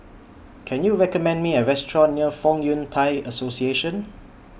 Can YOU recommend Me A Restaurant near Fong Yun Thai Association